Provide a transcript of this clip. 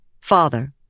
Father